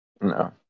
No